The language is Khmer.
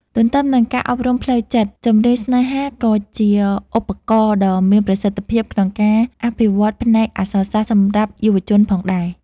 ទន្ទឹមនឹងការអប់រំផ្លូវចិត្ត ចម្រៀងស្នេហា ក៏ជាឧបករណ៍ដ៏មានប្រសិទ្ធភាពក្នុងការអភិវឌ្ឍផ្នែកអក្សរសាស្ត្រសម្រាប់យុវជនផងដែរ។